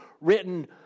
written